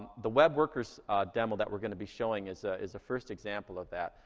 the web worker's demo that we're gonna be showing is ah is a first example of that.